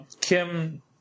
Kim